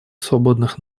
свободных